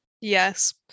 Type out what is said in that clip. yes